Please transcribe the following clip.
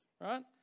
right